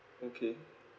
okay